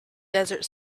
desert